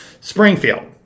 Springfield